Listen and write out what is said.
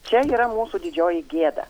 čia yra mūsų didžioji gėda